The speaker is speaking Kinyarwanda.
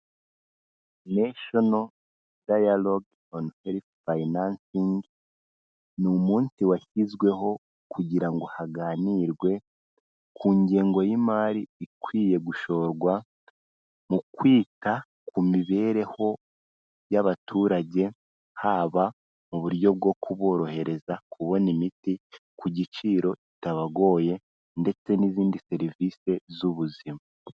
NATIONAL DIALOGUE ON HEALTH FINANCING, ni umunsi washyizweho kugira haganirwe ku ngengo y'imari ikwiye gushorwa mu kwita ku mibereho y'abaturage, haba mu buryo bwo kuborohereza kubona imiti, ku giciro kitabagoye ndetse n'izindi serivisi z'ubuzima.